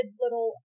little